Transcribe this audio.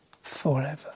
forever